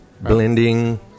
blending